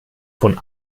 von